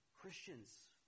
Christians